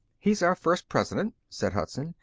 he's our first president, said hudson.